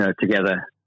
together